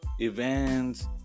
events